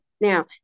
now